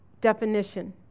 definition